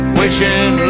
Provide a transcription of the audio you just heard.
wishing